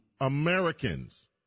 Americans